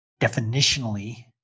definitionally